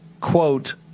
quote –